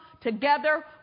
together